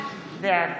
בעד